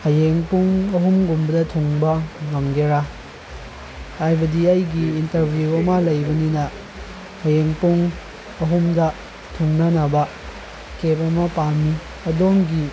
ꯍꯌꯦꯡ ꯄꯨꯡ ꯑꯍꯨꯝꯒꯨꯝꯕꯗ ꯊꯨꯡꯕ ꯉꯝꯒꯦꯔꯥ ꯍꯥꯏꯕꯗꯤ ꯑꯩꯒꯤ ꯏꯟꯇꯔꯚ꯭ꯌꯨ ꯑꯃ ꯂꯩꯕꯅꯤꯅ ꯍꯌꯦꯡ ꯄꯨꯡ ꯑꯍꯨꯝꯗ ꯊꯨꯡꯅꯅꯕ ꯀꯦꯕ ꯑꯃ ꯄꯥꯝꯃꯤ ꯑꯗꯣꯝꯒꯤ